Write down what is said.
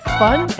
fun